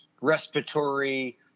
respiratory